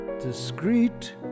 Discreet